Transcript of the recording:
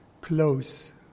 close